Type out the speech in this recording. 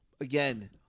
again